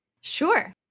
Sure